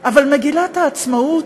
אבל מגילת העצמאות?